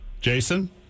Jason